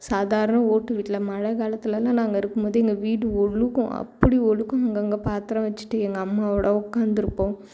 சாதாரண ஓட்டு வீட்டில் மழை காலத்திலலாம் நாங்கள் இருக்கும் போது எங்கள் வீடு ஒழுகும் அப்படி ஒழுகும் அங்கே அங்கே பாத்திரம் வெச்சுட்டு எங்கள் அம்மாவோடு உட்காந்துருப்போம்